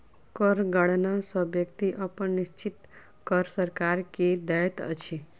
कर गणना सॅ व्यक्ति अपन निश्चित कर सरकार के दैत अछि